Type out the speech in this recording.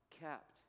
kept